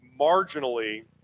marginally